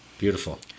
Beautiful